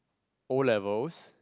O-levels